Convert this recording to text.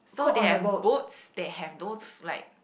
so they have boats they have those like